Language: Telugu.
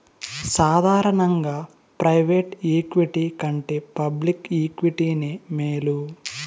సాదారనంగా ప్రైవేటు ఈక్విటి కంటే పబ్లిక్ ఈక్విటీనే మేలు